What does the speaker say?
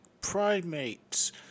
primates